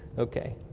okay.